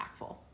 impactful